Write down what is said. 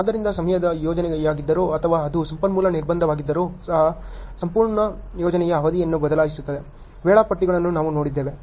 ಆದ್ದರಿಂದ ಸಮಯದ ಯೋಜನೆಯಾಗಿದ್ದರೂ ಅಥವಾ ಅದು ಸಂಪನ್ಮೂಲ ನಿರ್ಬಂಧವಾಗಿದ್ದರೂ ಸಹ ಸಂಪೂರ್ಣ ಯೋಜನೆಯ ಅವಧಿಯನ್ನು ಬದಲಾಯಿಸದ ವೇಳಾಪಟ್ಟಿಗಳನ್ನು ನಾವು ನೋಡಿದ್ದೇವೆ